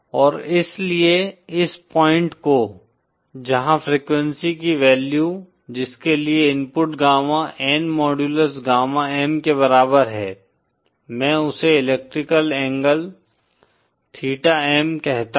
और इसलिए इस पॉइंट को जहां फ्रीक्वेंसी की वैल्यू जिसके लिए input gamma N modulus gamma M के बराबर है मैं उसे इलेक्ट्रिकल एंगल थीटा M कहता हूं